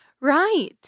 Right